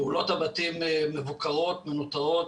פעולות הבתים מבוקרות, מנוטרות.